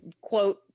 quote